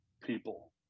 people